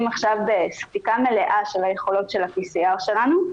בספיקה מלאה של היכולות של ה-PCR שלנו,